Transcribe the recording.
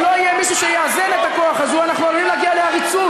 אם לא יהיה מישהו שיאזן את הכוח אז אנחנו עלולים להגיע לעריצות.